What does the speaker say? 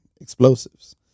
Explosives